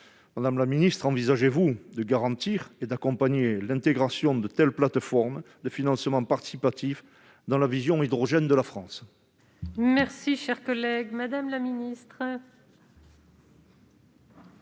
Madame la secrétaire d'État, envisagez-vous de garantir et d'accompagner l'intégration de telles plateformes de financement participatif dans la stratégie hydrogène de la France ?